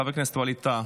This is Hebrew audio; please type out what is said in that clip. חבר הכנסת ווליד טאהא,